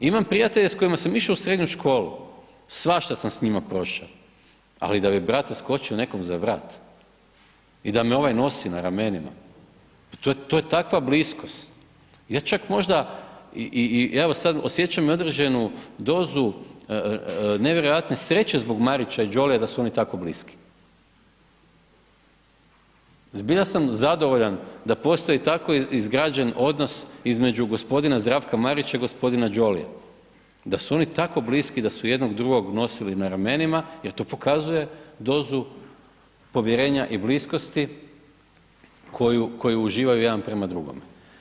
Imam prijatelje s kojima sam išao u srednju školu, svašta sam s njima prošao, ali da bi brate skočio nekome za vrat i da me ovaj nosi na ramenima, pa to je takva bliskost, ja čak možda i evo sad, osjećam i određenu dozu nevjerojatne sreće zbog Marića i Jollya da su oni tako bliski, zbilja sam zadovoljan da postoji tako izgrađen odnos između g. Zdravka Marića i g. Jollya, da su oni tako bliski, da su jedan drugog nosili na ramenima jer to pokazuje dozu povjerenja i bliskosti koju uživaju jedan prema drugome.